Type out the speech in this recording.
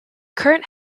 current